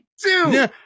two